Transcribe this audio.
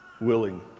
willing